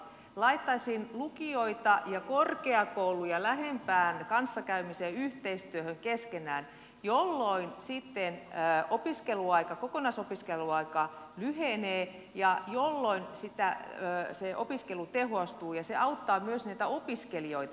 laittaisin lukioita ja korkeakouluja lähempään kanssakäymiseen yhteistyöhön keskenään jolloin kokonaisopiskeluaika lyhenee ja jolloin opiskelu tehostuu ja se auttaa myös opiskelijoita